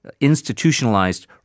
institutionalized